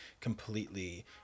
completely